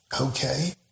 okay